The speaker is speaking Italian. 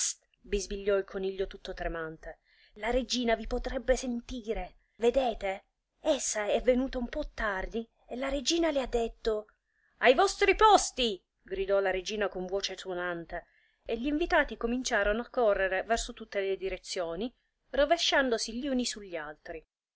bisbigliò il coniglio tutto tremante la regina vi potrebbe sentire vedete essa è venuta un pò tardi e la regina ha detto ai vostri posti gridò la regina con voce tuonante e gl'invitati cominciarono a correre verso tutte le direzioni rovesciandosi gli uni sugli altri